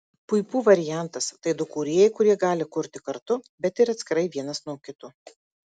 puipų variantas tai du kūrėjai kurie gali kurti kartu bet ir atskirai vienas nuo kito